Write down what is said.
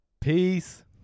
Peace